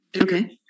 Okay